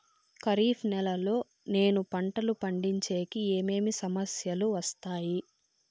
ఖరీఫ్ నెలలో నేను పంటలు పండించేకి ఏమేమి సమస్యలు వస్తాయి?